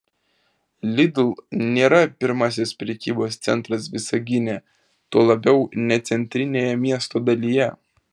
lidl nėra pirmasis prekybos centras visagine tuo labiau ne centrinėje miesto dalyje